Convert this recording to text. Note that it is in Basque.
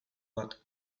bat